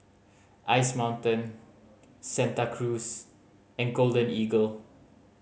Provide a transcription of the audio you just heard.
Ice Mountain Santa Cruz and Golden Eagle